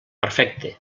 perfecte